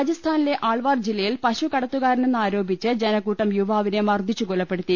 രാജസ്ഥാനിലെ ആൾവാർ ജില്ലയിൽ പശുകടത്തുകാരനെന്നാരോപിച്ച് ജനക്കൂട്ടം യുവാവിനെ മർദ്ദിച്ചു കൊലപ്പെടുത്തി